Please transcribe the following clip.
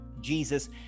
Jesus